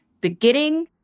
beginning